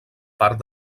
part